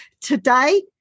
today